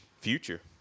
Future